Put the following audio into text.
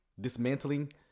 Dismantling